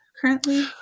currently